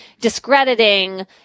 discrediting